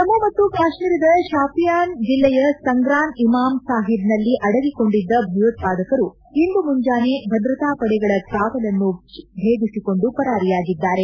ಜಮ್ಮು ಮತ್ತು ಕಾಶ್ಮೀರದ ಶೋಪಿಯಾನ್ ಜಿಲ್ಲೆಯ ಸಂಗ್ರಾನ್ ಇಮಾಮ್ ಸಾಹಿಬ್ನಲ್ಲಿ ಅಡಗಿಕೊಂಡಿದ್ದ ಭಯೋತ್ಪಾದಕರು ಇಂದು ಮುಂಜಾನೆ ಭದ್ರತಾಪಡೆಗಳ ಕಾವಲನ್ನು ಭೇದಿಸಿಕೊಂಡು ಪರಾರಿಯಾಗಿದ್ದಾರೆ